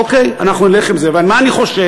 אוקיי, אנחנו נלך עם זה, אבל ממה אני חושש?